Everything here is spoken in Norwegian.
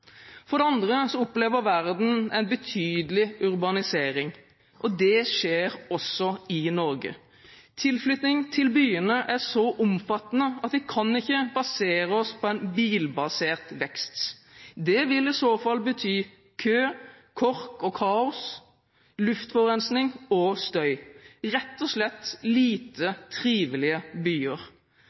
For det andre opplever verden en betydelig urbanisering. Det skjer også i Norge. Tilflyttingen til byene er så omfattende at vi kan ikke basere oss på en bilbasert vekst. Det ville i så fall bety kø, kork og kaos, luftforurensning og støy – rett og slett lite trivelige byer.